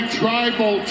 tribal